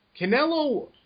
Canelo